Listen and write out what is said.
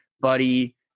Buddy